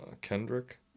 Kendrick